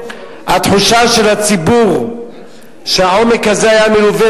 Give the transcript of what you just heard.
התחושה של הציבור שהעומק הזה היה מלווה